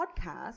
podcast